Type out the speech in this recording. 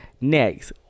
Next